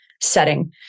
setting